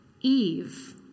Eve